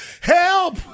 Help